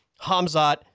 Hamzat